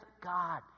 God